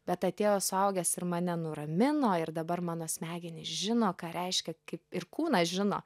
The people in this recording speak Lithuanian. bet atėjo suaugęs ir mane nuramino ir dabar mano smegenys žino ką reiškia kaip ir kūnas žino